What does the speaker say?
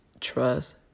Trust